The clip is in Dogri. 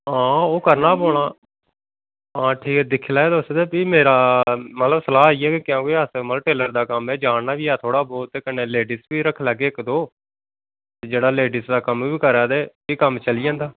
आं ओह् करना गै पौना आं ठीक ऐ दिक्खी लैओ तुस मेरा ते सलाह् इयै ही कि करी लैंदा कम्म ओह् ते जानना बी ऐ थोह्ड़ा बहोत कम्म ते कन्नै लेडीज़ बी रक्खी लैगे जेह्ड़ा लेडीज़ दा कम्म बी करै ते एह् चली जंदा